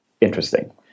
interesting